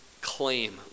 claim